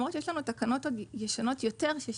למרות שיש לנו תקנות ישנות עוד יותר ששם